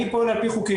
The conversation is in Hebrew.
אני פועל על פי חוקים,